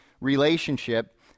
relationship